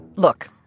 Look